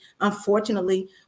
unfortunately